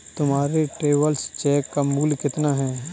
तुम्हारे travellers cheque का मूल्य कितना है?